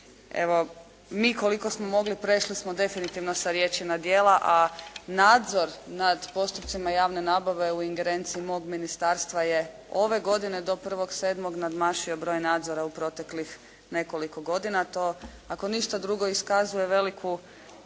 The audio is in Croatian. evo mi koliko smo mogli prešli smo definitivno sa riječi na djela, a nadzor nad postupcima javne nabave u ingerenciji mog ministarstva je ove godine do 1.7. nadmašio broj nadzora u proteklih nekoliko godina. To ako ništa drugo iskazuje veliku